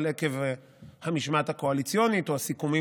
אבל עקב המשמעת הקואליציונית או הסיכומים